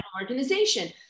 organization